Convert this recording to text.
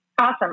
Awesome